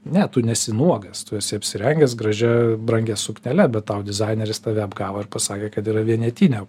ne tu nesi nuogas tu esi apsirengęs gražia brangia suknele bet tau dizaineris tave apgavo ir pasakė kad yra vienetinė